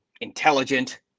intelligent